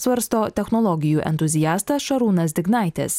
svarsto technologijų entuziastas šarūnas dignaitis